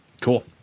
Cool